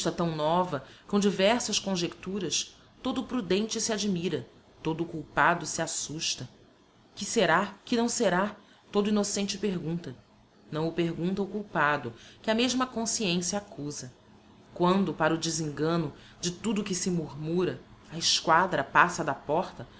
tam nova com diversas conjecturas todo o prudente se admira todo o culpado se assusta que será que não será todo o innocente pergunta não o pergunta o culpado que a mesma consciencia accusa quando para o desengano de tudo o que se murmura a esquadra passa da porta